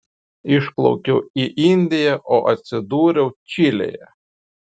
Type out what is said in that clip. išplaukiau į indiją o atsidūriau čilėje